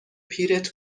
پیرت